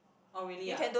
oh really ah